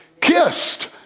kissed